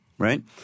right